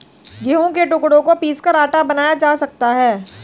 गेहूं के टुकड़ों को पीसकर आटा बनाया जा सकता है